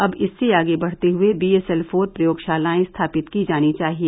अब इससे आगे बढ़ते हुए बीएसएल फोर प्रयोगशालाएं स्थापित की जानी चाहिए